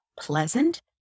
pleasant